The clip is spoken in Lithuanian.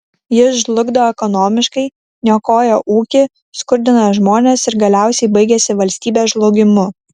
jis žlugdo ekonomiškai niokoja ūkį skurdina žmones ir galiausiai baigiasi valstybės žlugimu